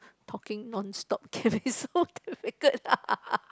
talking non stop can be so difficult